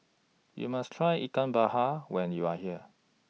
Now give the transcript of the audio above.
YOU must Try Ikan when YOU Are here